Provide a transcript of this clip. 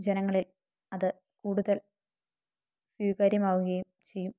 ജനങ്ങളില് അത് കൂടുതല് സ്വീകാരൃമാവുകയും ചെയ്യും